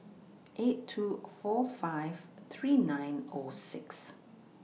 eight two four five three nine O six